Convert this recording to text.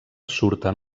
surten